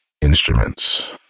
instruments